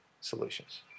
solutions